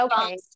Okay